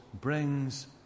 brings